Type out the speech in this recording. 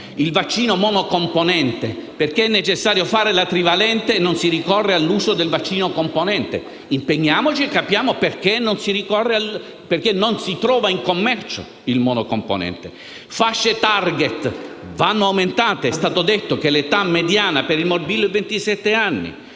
il vaccino monocomponente. Perché è necessario fare la trivalente e non si ricorre all'uso del vaccino monocomponente? Impegniamoci a capire perché non si trova in commercio il monocomponente. Anche le fasce *target* vanno aumentate: è stato detto che l'età mediana per il morbillo è